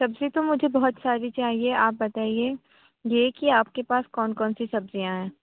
سبزی تو مجھے بہت ساری چاہیے آپ بتائیے یہ کہ آپ کے پاس کون کون سی سبزیاں ہیں